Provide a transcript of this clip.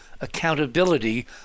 accountability